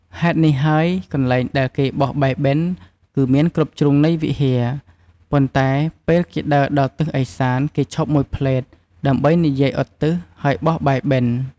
ហេតុនេះហើយកន្លែងដែលគេបោះបាយបិណ្ឌ គឺមានគ្រប់ជ្រុងនៃវិហារ ប៉ុន្តែពេល គេដើរដល់ទិសឦសាន គេឈប់មួយភ្លេត ដើម្បីនិយាយឧទ្ទិស ហើយបោះបាយបិណ្ឌ។